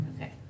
Okay